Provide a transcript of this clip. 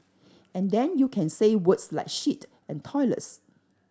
and then you can say words like shit and toilets